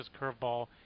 curveball